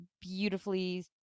beautifully